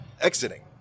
exiting